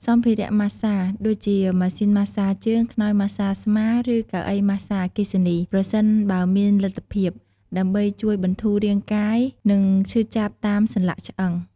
សម្ភារៈម៉ាស្សា ដូចជាម៉ាស៊ីនម៉ាស្សាជើង ខ្នើយម៉ាស្សាស្មា ឬកៅអីម៉ាស្សាអគ្គិសនី (ប្រសិនបើមានលទ្ធភាព) ដើម្បីជួយបន្ធូររាងកាយ និងឈឺចាប់តាមសន្លាក់ឆ្អឹង។